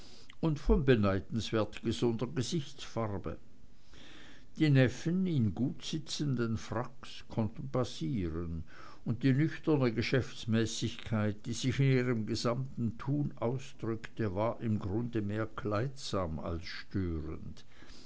und von beneidenswert gesunder gesichtsfarbe die neffen in gutsitzenden fracks konnten passieren und die nüchterne geschäftsmäßigkeit die sich in ihrem gesamten tun ausdrückte war im grunde mehr kleidsam als störend